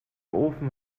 ofen